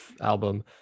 album